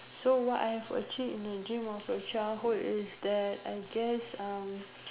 so what I have achieved in the dream of a childhood is that I guess uh